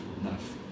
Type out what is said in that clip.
enough